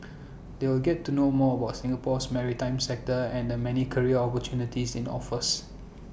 they'll get to know more about Singapore's maritime sector and the many career opportunities IT offers